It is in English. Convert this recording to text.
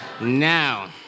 Now